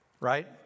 right